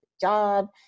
job